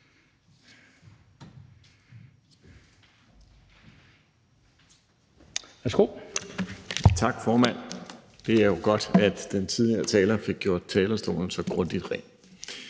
Tak, formand. Det er jo godt, at den tidligere taler fik gjort talerstolen så grundigt rent